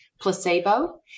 placebo